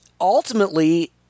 ultimately